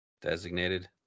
Designated